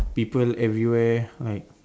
people everywhere like